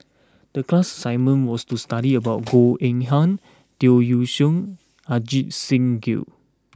the class assignment was to study about Goh Eng Han Tan Yeok Seong Ajit Singh Gill